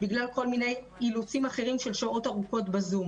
בגלל כל מיני אילוצים אחרים של שעות ארוכות בזום.